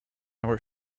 our